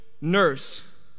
nurse